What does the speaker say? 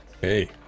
Hey